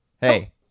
Hey